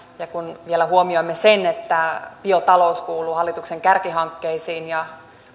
ja kun vielä huomioimme sen että biotalous kuuluu hallituksen kärkihankkeisiin ja